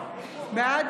בעד